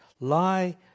Lie